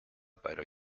beider